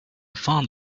found